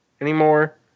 anymore